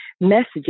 messages